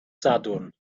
sadwrn